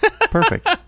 perfect